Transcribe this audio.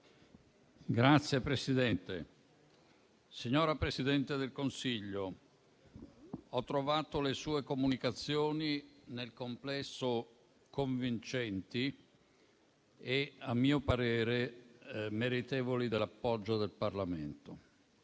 *(Misto)*. Signora Presidente del Consiglio, ho trovato le sue comunicazioni nel complesso convincenti e, a mio parere, meritevoli dell'appoggio del Parlamento.